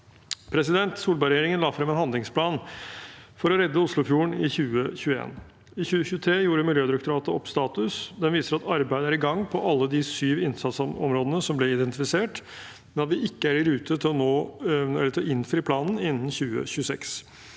arbeidet. Solberg-regjeringen la fram en handlingsplan for å redde Oslofjorden i 2021. I 2023 gjorde Miljødirektoratet opp status. Den viser at arbeidet er i gang på alle de syv innsatsområdene som ble identifisert, men at vi ikke er i rute til å innfri planen innen 2026.